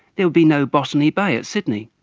there would be no botany bay at sydney,